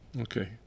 okay